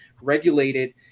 regulated